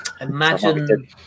Imagine